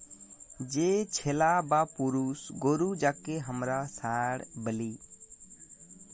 যে ছেলা বা পুরুষ গরু যাঁকে হামরা ষাঁড় ব্যলি